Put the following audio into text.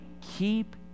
keep